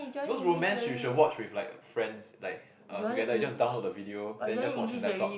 those romance you should watch with like friends like uh together you just download the video then just watch in laptop